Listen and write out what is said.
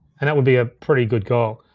and that would be a pretty good goal.